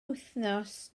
wythnos